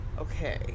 Okay